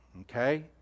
Okay